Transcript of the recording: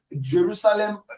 Jerusalem